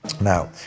Now